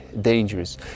dangerous